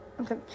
Okay